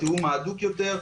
התיאום ההדוק יותר,